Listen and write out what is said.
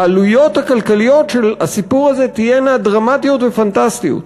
העלויות הכלכליות של הסיפור הזה תהיינה דרמטיות ופנטסטיות,